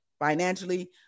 financially